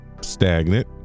stagnant